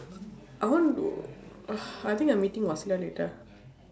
I want to I think I meeting later